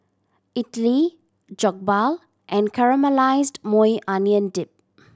Idili Jokbal and Caramelized Maui Onion Dip